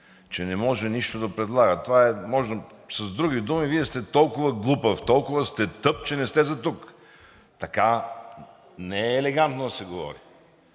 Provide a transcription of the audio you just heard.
че не може нищо да предлага, с други думи: Вие сте толкова глупав, толкова сте тъп, че не сте за тук. Така не е елегантно да се говори.